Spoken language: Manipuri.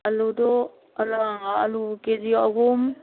ꯑꯂꯨꯗꯣ ꯑꯂꯨ ꯀꯦ ꯖꯤ ꯑꯍꯨꯝ